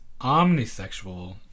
omnisexual